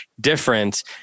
different